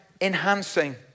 Enhancing